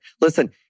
Listen